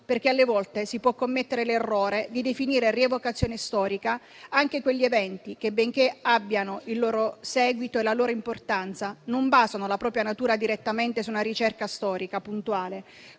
perché alle volte si può commettere l'errore di definire rievocazioni storiche anche quegli eventi che, benché abbiano il loro seguito e la loro importanza, non basano la propria natura direttamente su una ricerca storica puntuale.